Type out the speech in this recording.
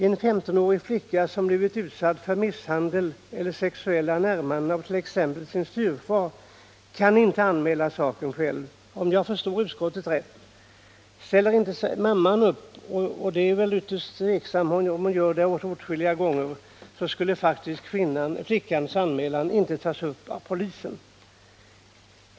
En femtonårig flicka som blivit utsatt för misshandel eller sexuella närmanden av t.ex. sin styvfar kan inte anmäla saken själv, om jag förstått utskottet rätt. Ställer inte mamman upp -— och det är väl inte så säkert att hon gör alla gånger — kan faktiskt flickans anmälan inte tas upp av polisen.